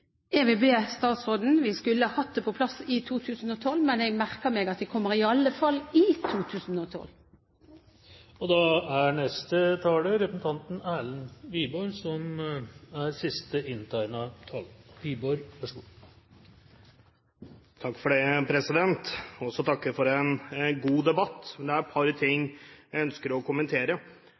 også statsråden slik, selv om ikke tidsaspektet er vedtatt. Jeg vil be statsråden: Vi skulle hatt det på plass i 2012, men jeg merker meg at det kommer i alle fall i 2012. Jeg vil også takke for en god debatt, men det er et par ting jeg ønsker å kommentere.